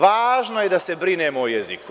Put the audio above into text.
Važno je da se brinemo o jeziku.